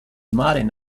martin